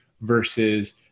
versus